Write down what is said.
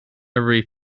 every